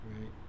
Right